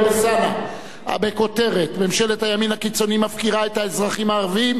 בכותרת: ממשלת הימין הקיצוני מפקירה את האזרחים הערבים בכל התחומים.